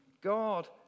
God